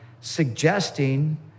suggesting